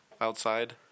outside